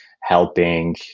helping